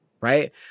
right